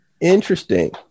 Interesting